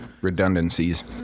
redundancies